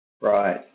Right